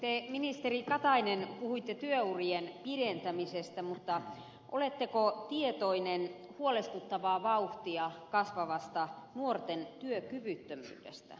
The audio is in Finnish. te ministeri katainen puhuitte työurien pidentämisestä mutta oletteko tietoinen huolestuttavaa vauhtia kasvavasta nuorten työkyvyttömyydestä